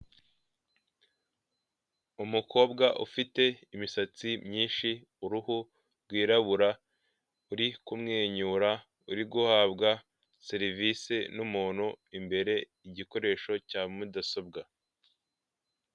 Umukobwa ufite imisatsi myinshi, uruhu rwirabura uri kumwenyura uri guhabwa serivise n'umuntu, imbere igikoresho cya mudasobwa.